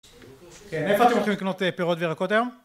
כן, איפה אתם הולכים לקנות פירות וירקות היום?